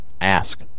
Ask